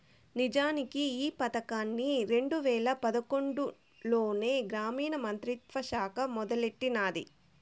నిజానికి ఈ పదకాన్ని రెండు వేల పదకొండులోనే గ్రామీణ మంత్రిత్వ శాఖ మొదలెట్టినాది